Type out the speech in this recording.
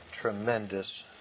tremendous